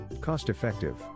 Cost-Effective